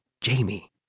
Jamie